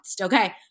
okay